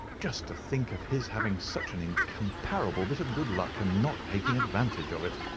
just to think of his having such an incomparable bit of good luck, and not taking advantage of it.